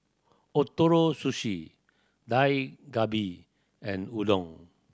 Ootoro Sushi Dak Galbi and Udon